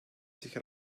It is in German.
sich